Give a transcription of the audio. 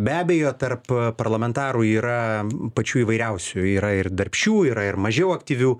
be abejo tarp parlamentarų yra pačių įvairiausių yra ir darbščių yra ir mažiau aktyvių